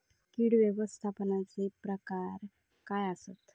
कीड व्यवस्थापनाचे प्रकार काय आसत?